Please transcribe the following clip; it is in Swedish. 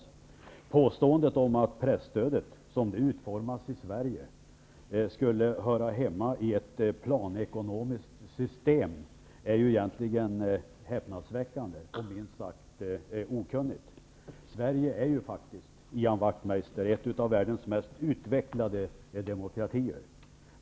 Påståendet att presstödet som det utformas i Sverige skulle höra hemma i ett planekonomiskt system är ju egentligen häpnadsväckande och minst sagt okunnigt. Sverige är faktiskt, Ian Wachtmeister, en av världens mest utvecklade demokratier.